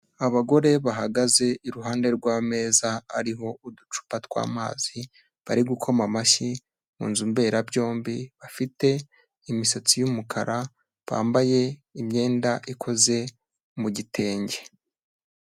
Abagore bahagaze iruhande rw'ameza ariho uducupa tw'amazi, bari gukoma amashyi mu nzu mberabyombi, bafite imisatsi y'umukara, bambaye imyenda ikoze mu gitenge.